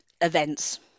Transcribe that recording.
events